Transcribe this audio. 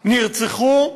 נרצחו,